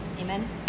amen